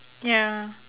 ya